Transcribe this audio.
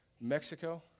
Mexico